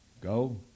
Go